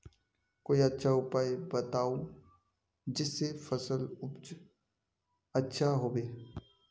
कोई अच्छा उपाय बताऊं जिससे फसल उपज अच्छा होबे